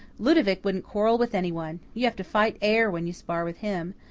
ludovic wouldn't quarrel with anyone. you have to fight air when you spar with him.